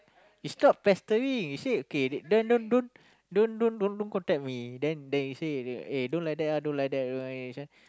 is not pestering you see okay then don't don't don't don't don't don't contact me then then you say eh don't like that ah don't like that eh you know this one